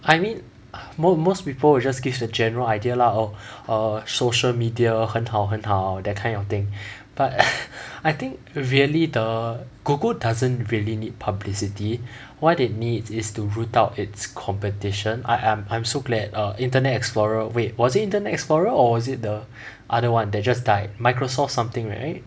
I mean most most people will just give a general idea lah oh err social media 很好很好 that kind of thing but I think really the Google doesn't really need publicity what they need is to root out its competition I'm I'm so glad err Internet Explorer wait was it Internet Explorer or is it the other [one] that just died like Microsoft something right